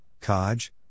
Kaj